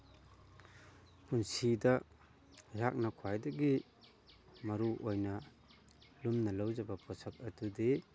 ꯄꯨꯟꯁꯤꯗ ꯑꯩꯍꯥꯛꯅ ꯈ꯭ꯋꯥꯏꯗꯒꯤ ꯃꯔꯨꯑꯣꯏꯅ ꯂꯨꯝꯅ ꯂꯧꯖꯕ ꯄꯣꯁꯛ ꯑꯗꯨꯗꯤ